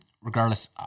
Regardless